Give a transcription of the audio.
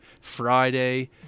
Friday